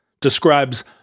describes